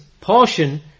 portion